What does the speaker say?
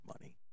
money